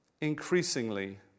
increasingly